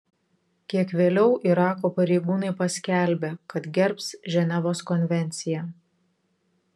kiek vėliau irako pareigūnai paskelbė kad gerbs ženevos konvenciją